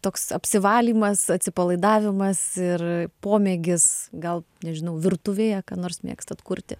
toks apsivalymas atsipalaidavimas ir pomėgis gal nežinau virtuvėje ką nors mėgstat kurti